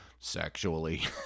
Sexually